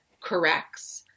corrects